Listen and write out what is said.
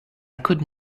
could